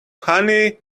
honey